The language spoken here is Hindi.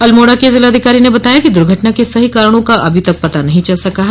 अल्मोड़ा की जिलाधिकारी ने बताया कि द्र्घटना के सही कारणों का अभी तक पता नहीं चल सका है